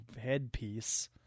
headpiece